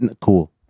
Cool